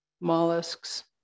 mollusks